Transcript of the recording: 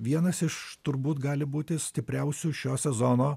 vienas iš turbūt gali būti stipriausių šio sezono